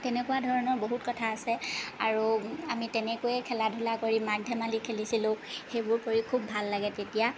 তেনেকুৱা ধৰণৰ বহুত কথা আছে আৰু আমি তেনেকৈয়ে খেলা ধূলা কৰি মাক ধেমালি খেলিছিলোঁ সেইবোৰ কৰি খুব ভাল লাগে তেতিয়া